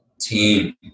Team